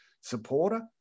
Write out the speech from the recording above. supporter